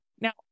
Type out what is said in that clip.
now